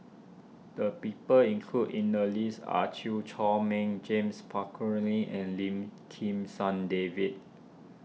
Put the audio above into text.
the people included in the list are Chew Chor Meng James Puthucheary and Lim Kim San David